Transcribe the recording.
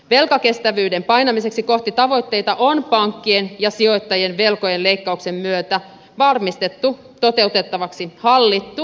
velkakestävyyden painamiseksi kohti tavoitteita on pankkien ja sijoittajien velkojen leikkauksen myötä varmistettu toteutettavaksi hallittu velkajärjestely